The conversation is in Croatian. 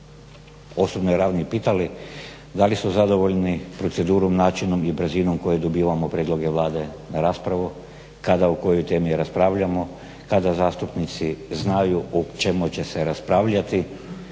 osnovnoj ravni pitali da li zadovoljni procedurom, načinom i brzinom kojom dobivamo prijedloge Vlade na raspravu kada u kojoj temi raspravljamo, kada zastupnici znaju o čemu će se raspravljati